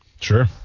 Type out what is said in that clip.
sure